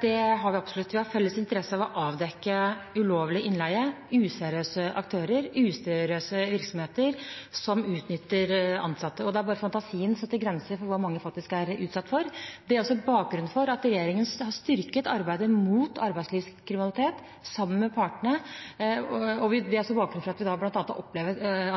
Vi har absolutt interesse av å avdekke ulovlig innleie, useriøse aktører og useriøse virksomheter som utnytter ansatte. Det er bare fantasien som setter grenser for hva mange er utsatt for. Det er også bakgrunnen for at regjeringen har styrket arbeidet mot arbeidslivskriminalitet sammen med partene. Det er bakgrunnen for at vi bl.a.